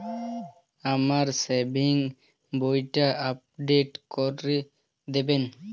আমার সেভিংস বইটা আপডেট করে দেবেন?